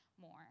more